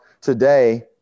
today